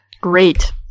Great